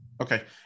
Okay